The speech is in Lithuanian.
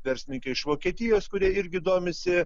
verslininkai iš vokietijos kurie irgi domisi